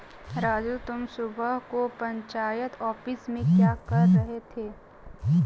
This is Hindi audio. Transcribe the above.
राजू तुम सुबह को पंचायत ऑफिस में क्या कर रहे थे?